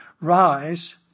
rise